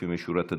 לפנים משורת הדין,